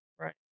Right